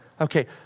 Okay